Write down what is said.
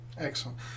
excellent